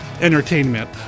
entertainment